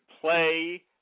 play